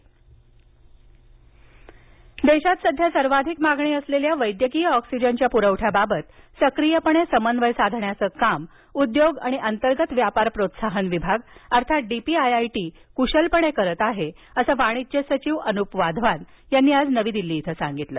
oxygen देशात सध्या सर्वाधिक मागणी असलेल्या वैद्यकीय ऑक्सिजनच्या पुरवठ्याबाबत सक्रियपणे समन्वय साधण्याचं काम उद्योग आणि अंतर्गत व्यापार प्रोत्साहन विभाग अर्थात डीपीआयआयटी कुशलपणे करीत आहे असं वाणिज्य सचिव अनुप वाधवान यांनी आज नवी दिल्ली इथं सांगितलं